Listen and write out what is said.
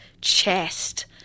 chest